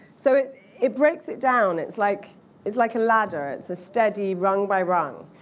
so it it breaks it down. it's like it's like a ladder. it's a steady rung by rung.